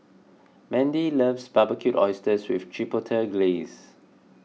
Mendy loves Barbecued Oysters with Chipotle Glaze